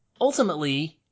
ultimately